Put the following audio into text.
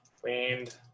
cleaned